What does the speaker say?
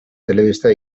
telebista